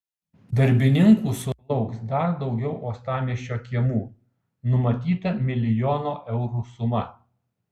darbininkų sulauks dar daugiau uostamiesčio kiemų numatyta milijono eurų suma